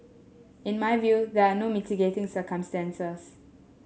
in my view there are no mitigating circumstances